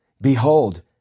Behold